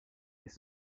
des